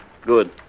good